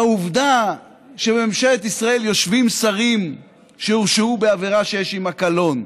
העובדה שבממשלת ישראל יושבים שרים שהורשעו בעבירה שיש עימה קלון,